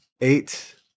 Eight